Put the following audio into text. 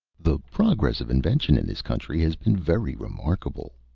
the progress of invention in this country has been very remarkable,